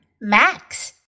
Max